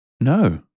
No